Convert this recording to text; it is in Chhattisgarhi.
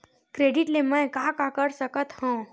क्रेडिट ले मैं का का कर सकत हंव?